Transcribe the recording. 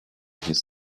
his